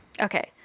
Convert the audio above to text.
Okay